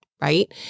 right